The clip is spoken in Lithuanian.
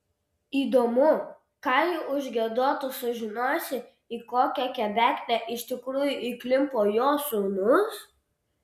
įdomu ką ji užgiedotų sužinojusi į kokią kebeknę iš tikrųjų įklimpo jos sūnus